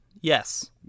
Yes